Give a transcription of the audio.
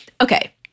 Okay